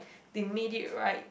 they made it right